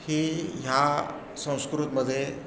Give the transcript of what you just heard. ही ह्या संस्कृतमध्ये